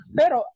pero